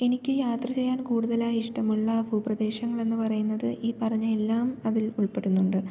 എനിക്ക് യാത്ര ചെയ്യാൻ കൂടുതലായി ഇഷ്ടമുള്ള ഭൂപ്രദേശങ്ങളെന്ന് പറയുന്നത് ഈ പറഞ്ഞ എല്ലാം അതിൽ ഉൾപ്പെടുന്നുണ്ട്